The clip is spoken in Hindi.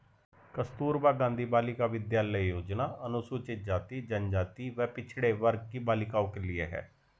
कस्तूरबा गांधी बालिका विद्यालय योजना अनुसूचित जाति, जनजाति व पिछड़े वर्ग की बालिकाओं के लिए है